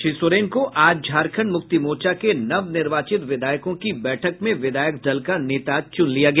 श्री सोरेन को आज झारखंड मुक्ति मोर्चा के नवनिर्वाचित विधायकों की बैठक में विधायक दल का नेता चुना गया